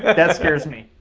and that scares me.